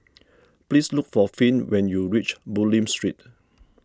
please look for Finn when you reach Bulim Street